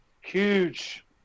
huge